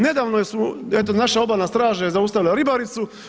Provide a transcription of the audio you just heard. Nedavno su, eto naša obalna straža je zaustavila ribaricu.